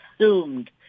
assumed